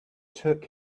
took